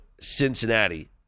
Cincinnati